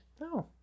No